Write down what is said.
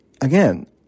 again